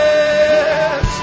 Yes